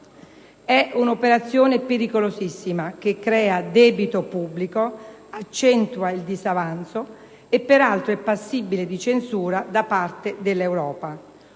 di un'operazione pericolosissima, che crea debito pubblico, accentua il disavanzo e, peraltro, è passibile di censura da parte dell'Europa.